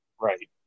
Right